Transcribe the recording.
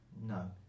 No